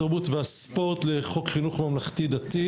התרבות והספורט לחוק חינוך ממלכתי דתי